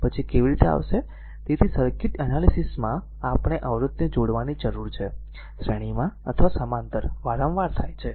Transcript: પછી કેવી રીતે આવશે તેથી સર્કિટ એનાલીસીસમાં આપણે અવરોધને જોડવાની જરૂર છે શ્રેણીમાં અથવા સમાંતર વારંવાર થાય છે